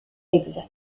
exact